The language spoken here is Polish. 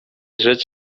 rzecz